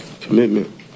Commitment